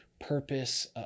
purpose